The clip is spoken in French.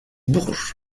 bourges